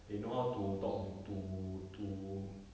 they know how to talk to to